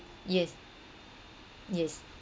yes yes